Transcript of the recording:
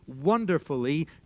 wonderfully